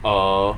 err